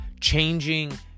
changing